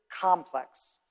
complex